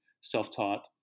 self-taught